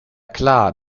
klar